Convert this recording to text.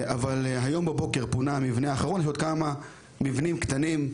היום בבוקר פונה המבנה האחרון ויש עוד כמה מבנים קטנים,